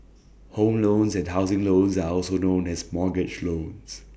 home loans and housing loans are also known as mortgage loans